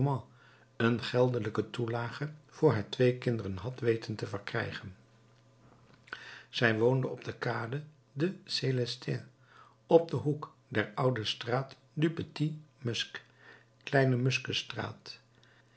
een geldelijke toelage voor haar twee kinderen had weten te verkrijgen zij woonde op de kade des célestins op den hoek der oude straat du petit musc